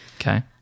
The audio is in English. Okay